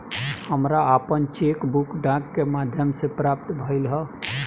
हमरा आपन cheque book डाक के माध्यम से प्राप्त भइल ह